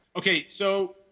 okay, so,